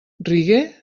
reggae